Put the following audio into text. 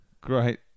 Great